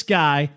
guy